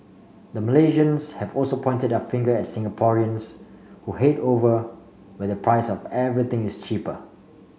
the Malaysians have also pointed their finger at Singaporeans who head over where the price of everything is cheaper